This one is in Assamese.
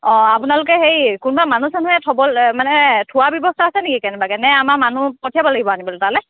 অঁ আপোনালোকে হেৰি কোনোবা মানুহ চানুহ এই থবলৈ মানে থোৱাৰ ব্যৱস্থা আছে নেকি কেনেবাকৈ নে আমাৰ মানুহ পঠিয়াব লাগিব আনিবলৈ তালৈ